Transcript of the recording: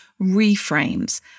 reframes